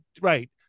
right